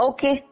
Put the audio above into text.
Okay